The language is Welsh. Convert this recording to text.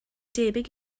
debyg